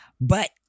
But-